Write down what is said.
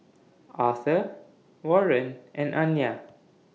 Arthor Warren and Anya